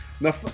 Now